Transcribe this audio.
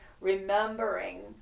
remembering